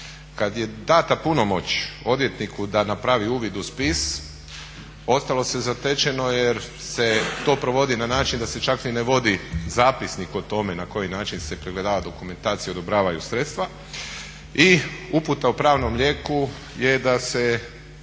Kad je data punomoć odvjetniku da napravi uvid u spis ostalo se zatečeno jer se to provodi na način da se čak ni ne vodi zapisnik o tome na koji način se pregledava dokumentacija i odobravaju sredstva i uputa o pravnom lijeku je da se